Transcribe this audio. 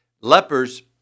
lepers